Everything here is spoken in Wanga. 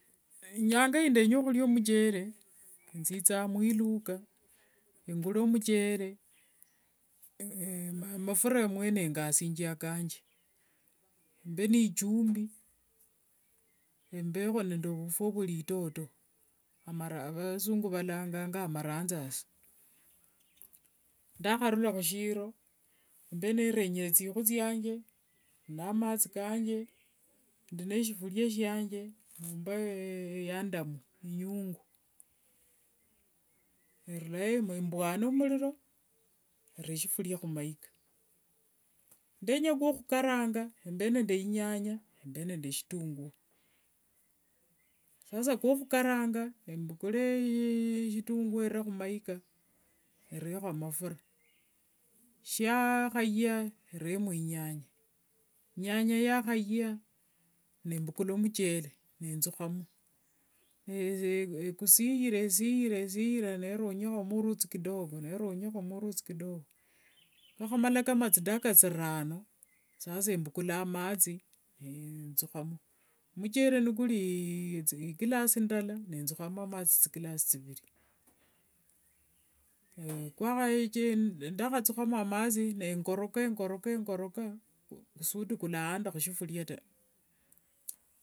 Nyanga ya ndenya khulia muchere, thithanga mwiluka engule muchere, mafura mwene ngasinzia akanje, mbe nichumbi, embekho nende vufua vwalitoto amara vasungu valanganga mbu amarathasi. Ndakharula khushiro, mbe nindenyere thikhwi thiange, nende amathi kange, ndineshifuria shianze nomba yandamu, inyungu. Nendulayo mbwana muliro, nera shifuria khumaika. Ndenya kwokhukaranga mbe nende inyanya mbe nende shitunguo. Sasa kwokhukaranga, embukule shitunguo ere khumaika, erekho amafura. Shiakhaya, eremo inyanya, inyanya yakhaya nembukula muchere nethukhamo. ekusiyire siyire neronyakhomo ruthi kidogo neronyiakhomo ruthi kidogo. Kwakhamala kama dakika thirano, sasa mbukula amathi nethukhamo. Muchere kuli iglass ndala nethukhamo amathi thiglass thiviri. ndakhathukhamo amathi nengorokangoroka kusudi kwalanda khusivuria.